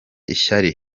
ishyari